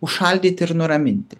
užšaldyti ir nuraminti